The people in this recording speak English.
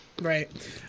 Right